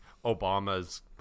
Obama's